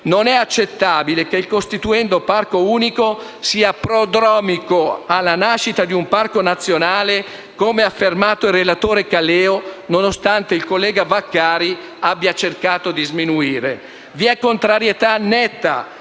Non è accettabile che il costituendo parco unico sia prodromico alla nascita di un parco nazionale, come ha affermato il relatore Caleo, nonostante il collega Vaccari abbia cercato di sminuire. Vi è contrarietà netta